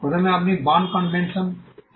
প্রথমে আপনি Bern convention করুন